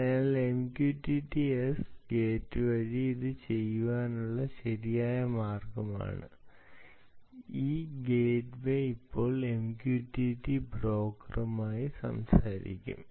അതിനാൽ MQTT S gate വഴി ഇത് ചെയ്യാനുള്ള ശരിയായ മാർഗമാണ് ഈ ഗേറ്റ്വേ ഇപ്പോൾ MQTT ബ്രോക്കറുമായി സംസാരിക്കും